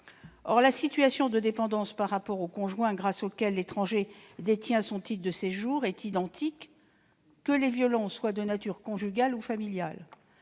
Or la situation de dépendance par rapport au conjoint grâce auquel l'étranger détient son titre de séjour est identique, que les violences soient de nature conjugale ou familiale.